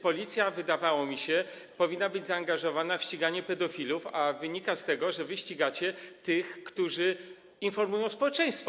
Policja, wydawało mi się, powinna być zaangażowana w ściganie pedofilów, a wynika z tego, że wy ścigacie tych, którzy informują o tym społeczeństwo.